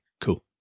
cool